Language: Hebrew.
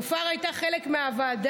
נופר הייתה חלק מהוועדה,